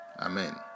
Amen